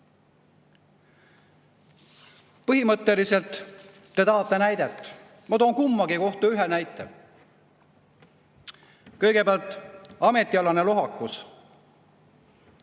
ametiseisundit. Te tahate näidet? Ma toon kummagi kohta ühe näite. Kõigepealt, ametialane lohakus.